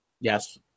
Yes